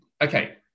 okay